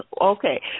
okay